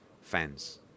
fans